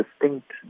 distinct